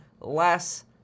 less